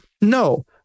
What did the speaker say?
no